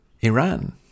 Iran